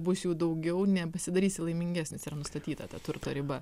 bus jų daugiau nepasidarysi laimingesnis yra nustatyta ta turto riba